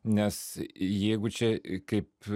nes jeigu čia kaip